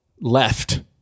left